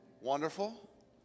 wonderful